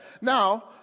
Now